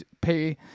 pay